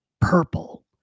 purple